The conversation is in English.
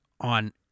on